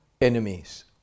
enemies